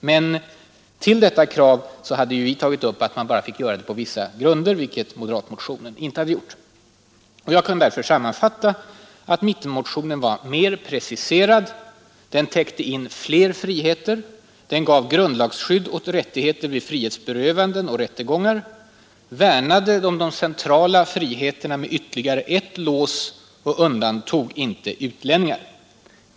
Men till detta krav hade vi begärt att man bara fick göra det på vissa grunder, vilket moderatmotionen inte hade gjort Jag kan därför sammanfatta mittenmotionen var mer preciserad, den täckte in fler friheter, den gav grundlagsskydd åt rättigheter vid frihetsberövande och rättegångar, värnade om de centrala friheterna med ytterligare ett lås och undantog inte utlänningar.